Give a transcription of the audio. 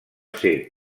ser